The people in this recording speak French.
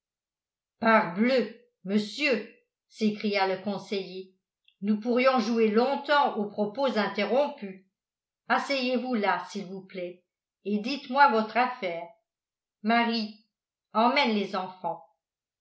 parbleu monsieur s'écria le conseiller nous pourrions jouer longtemps aux propos interrompus asseyez-vous là s'il vous plaît et dites-moi votre affaire marie emmène les enfants